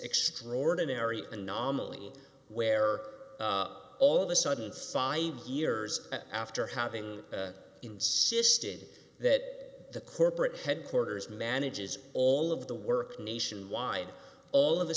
extraordinary anomaly where all of a sudden side years after having insisted that the corporate headquarters manages all of the work nationwide all of a